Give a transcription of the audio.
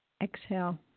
Exhale